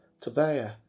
Tobiah